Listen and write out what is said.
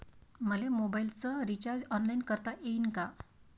मले मोबाईलच recharge online करता येईन का?